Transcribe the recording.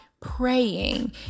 praying